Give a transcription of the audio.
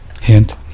Hint